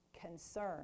concern